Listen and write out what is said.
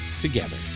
together